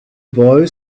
boy